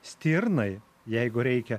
stirnai jeigu reikia